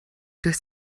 durch